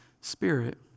Spirit